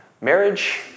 Marriage